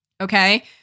Okay